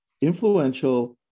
influential